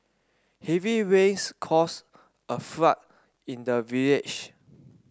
heavy rains caused a flood in the village